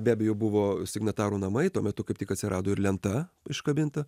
be abejo buvo signatarų namai tuo metu kaip tik atsirado ir lenta iškabinta